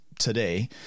today